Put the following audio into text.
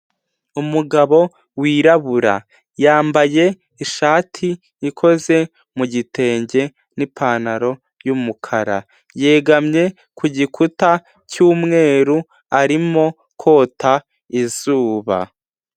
Umugabo wirabura yambaye ishati ikoze mu gitenge n'ipantaro y'umukara, yegamye ku gikuta cy'umweru arimo kota izuba.